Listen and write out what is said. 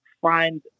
find